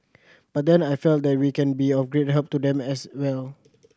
but then I felt that we can be of great help to them as well